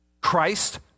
Christ